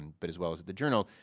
and but as well as the journal,